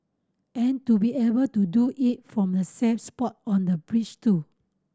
and to be able to do it from a safe spot on a bridge too